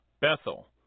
Bethel